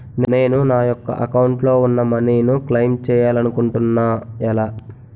నేను నా యెక్క అకౌంట్ లో ఉన్న మనీ ను క్లైమ్ చేయాలనుకుంటున్నా ఎలా?